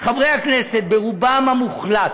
חברי הכנסת, רובם המוחלט,